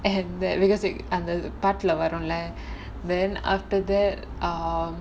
and that because it அந்த பாட்டுல வரும்ல:antha paatula varumla then after that err